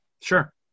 Sure